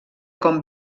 com